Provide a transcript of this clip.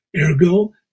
Ergo